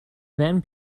van